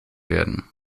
werden